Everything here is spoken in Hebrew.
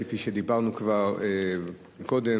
כפי שדיברנו כבר קודם,